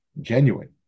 genuine